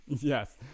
Yes